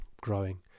growing